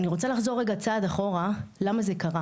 אני רוצה לחזור רגע צעד אחורה מדוע זה קרה